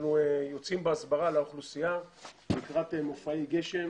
אנחנו יוצאים בהסברה לאוכלוסייה לקראת מופעי גשם